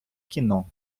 кіно